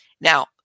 now